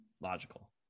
logical